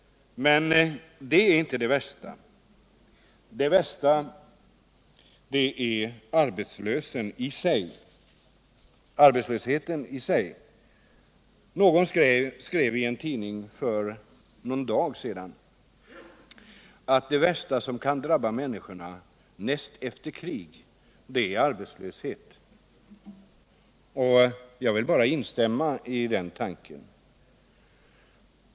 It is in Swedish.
Men det är inte det värsta. Det värsta är arbetslösheten i sig. Någon skrev i en tidning för någon dag sedan att det värsta som kan drabba människorna näst efter krig är arbetslöshet. Jag vill bara instämma i denna tanke.